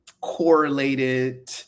correlated